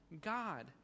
God